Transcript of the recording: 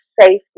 safety